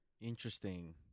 Interesting